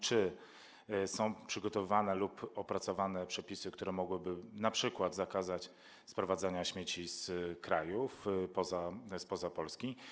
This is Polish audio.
Czy są przygotowywane lub opracowane przepisy, które mogłyby np. zakazać sprowadzania śmieci z krajów spoza Polski?